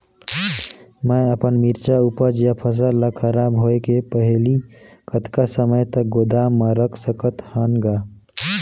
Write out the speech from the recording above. मैं अपन मिरचा ऊपज या फसल ला खराब होय के पहेली कतका समय तक गोदाम म रख सकथ हान ग?